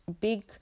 big